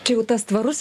čia jau tas tvarus